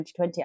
2020